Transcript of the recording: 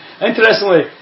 Interestingly